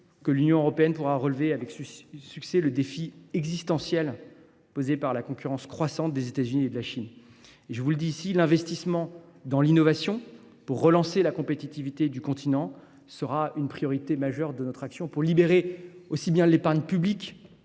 que l’Union européenne pourra relever avec succès le défi existentiel posé par la concurrence croissante des États Unis et de la Chine. Je vous le dis ici, l’investissement dans l’innovation pour relancer la compétitivité du continent sera une priorité de notre action ; il s’agit de libérer l’épargne, qu’elle